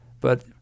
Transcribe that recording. But-